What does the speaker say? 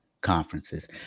conferences